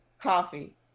Coffee